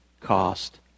cost